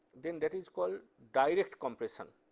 then that is called direct compression.